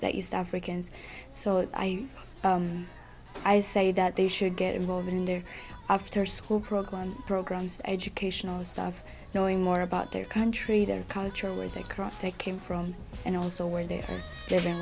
that used africans so i i say that they should get involved in their after school programs programs educational stuff knowing more about their country their culture where they crop they came from and also where they're given